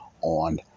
on